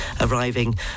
arriving